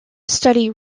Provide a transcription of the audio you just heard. study